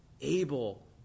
Abel